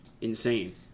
insane